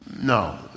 No